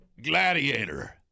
gladiator